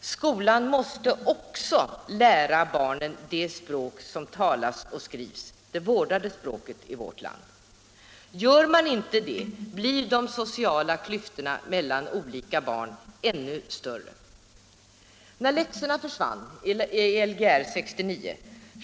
Skolan måste lära barnen också det vårdade språk som talas och skrivs. Gör man inte det blir de sociala klyftorna mellan olika barn ännu större. När läxorna försvann i Lgr 69